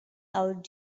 out